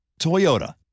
Toyota